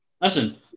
Listen